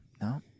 no